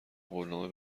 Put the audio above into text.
قولنامه